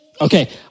Okay